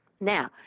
Now